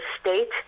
state